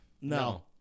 No